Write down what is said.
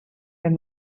then